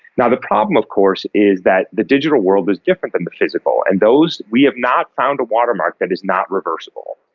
the problem of course is that the digital world is different than the physical, and those, we have not found a watermark that is not reversible.